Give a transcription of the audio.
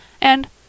and—